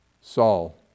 Saul